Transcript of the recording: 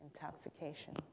intoxication